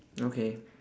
okay